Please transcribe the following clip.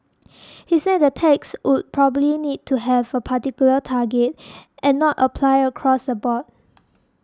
he said that the tax would probably need to have a particular target and not apply across the board